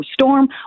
storm